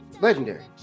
Legendary